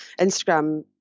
Instagram